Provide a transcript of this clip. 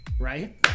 right